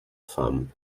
fam